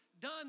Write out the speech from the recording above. done